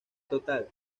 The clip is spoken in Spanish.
total